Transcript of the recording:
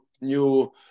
new